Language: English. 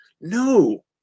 No